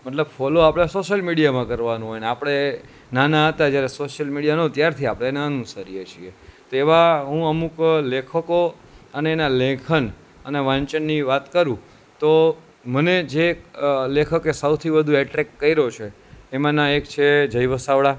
મતલબ ફોલો આપણે સોશિયલ મીડિયામાં કરવાનું હોય અને આપણે નાના હતા જ્યારે સોશિયલ મીડિયા જ્યારથી આપણે એને અનુસરીએ છીએ તેવા અમુક લેખકો અને એના લેખન અને વાંચનની વાત કરું તો મને જે લેખકે સૌથી વધુ એટ્રેક કર્યો છે એમાંના એક છે જય વસાવડા